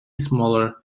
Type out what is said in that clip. smaller